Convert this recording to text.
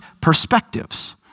perspectives